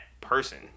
person